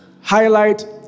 highlight